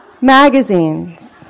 magazines